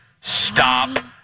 stop